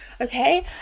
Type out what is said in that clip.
okay